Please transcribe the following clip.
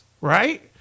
right